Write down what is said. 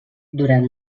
durant